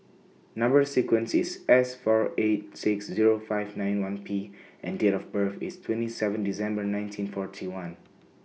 Number sequence IS S four eight six Zero five nine one P and Date of birth IS twenty seven December nineteen forty one